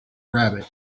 rabbit